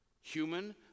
human